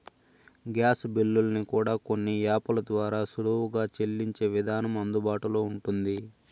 gas బిల్లుల్ని కూడా కొన్ని యాపుల ద్వారా సులువుగా సెల్లించే విధానం అందుబాటులో ఉంటుంది